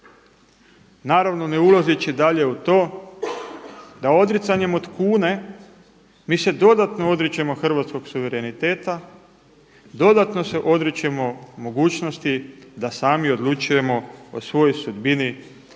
Naravno ne ulazeći dalje u to da odricanjem od kune mi se dodatno odričemo hrvatskog suvereniteta, dodatno se odričemo mogućnosti da sami odlučujemo o svojoj sudbini, o